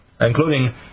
including